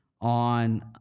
on